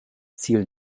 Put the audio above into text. ziel